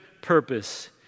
purpose